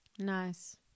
Nice